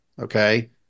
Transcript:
okay